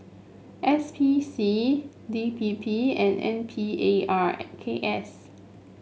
S P C D P P and N P A R K S